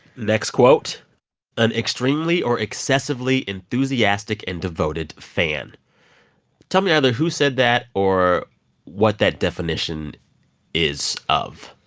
next quote an extremely or excessively enthusiastic and devoted fan tell me either who said that or what that definition is of.